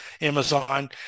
Amazon